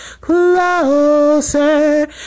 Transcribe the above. Closer